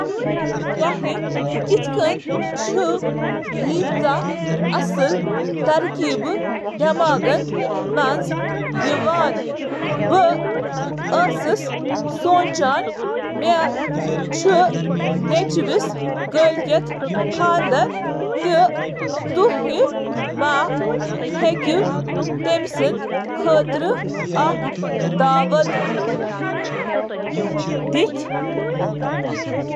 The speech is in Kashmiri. تُہنٛدِس ذہنس منٛز کِتھ کٔنۍ چھِ یوٗتاہ ترقیبہٕ۔ مےٚ چُھ دۄیو دۄہَو پتہٕ نیٚچِوِ سُنٛد خانٛدر، کیٛاہ ژٕ دِژٕ أمِس دعوت۔